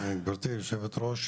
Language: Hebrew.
גברתי היושבת ראש,